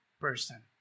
person